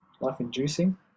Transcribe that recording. life-inducing